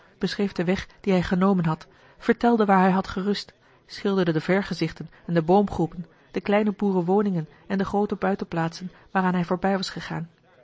beschreef den weg dien hij genomen had vertelde waar hij had gerust schilderde de vergezichten en de boomgroepen de kleine boerenwoningen en de groote buitenplaatsen waaraan hij voorbij was gegaan